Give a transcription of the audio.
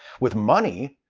with money,